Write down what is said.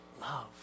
love